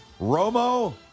Romo